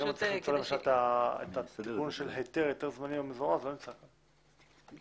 למשל התיקון של היתר והיתר זמני, לא נמצא.